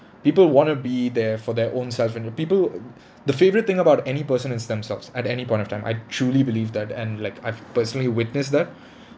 people want to be there for their own self and the people the favourite thing about any person is themselves at any point of time I truly believe that and like I've personally witnessed that